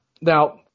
Now